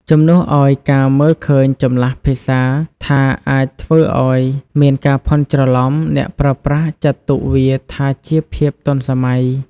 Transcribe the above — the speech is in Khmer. ជំនួសឱ្យការមើលឃើញចម្លាស់ភាសាថាអាចធ្វើឱ្យមានការភ័ន្តច្រឡំ អ្នកប្រើប្រាស់ចាត់ទុកវាថាជាភាពទាន់សម័យ។